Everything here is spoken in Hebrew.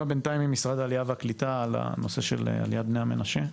בינתיים ממשרד העלייה והקליטה על הנושא של עליית בני המנשה.